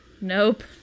Nope